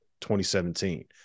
2017